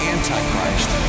Antichrist